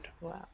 Wow